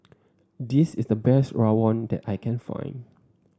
this is the best Rawon that I can find